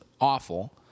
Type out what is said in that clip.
awful